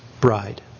bride